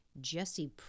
Jesse